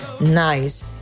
nice